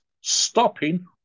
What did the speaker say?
stopping